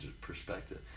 perspective